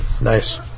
Nice